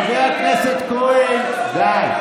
חבר הכנסת כהן, די.